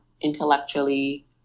intellectually